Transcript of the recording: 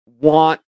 want